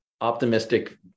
optimistic